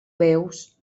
veus